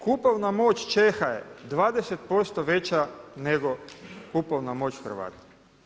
Kupovna moć Čeha je 20% veća nego kupovna moć Hrvata.